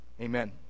Amen